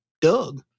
Doug